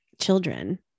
children